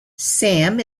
sam